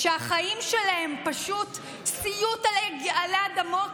שהחיים שלהם פשוט סיוט עלי אדמות,